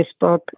Facebook